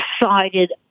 decided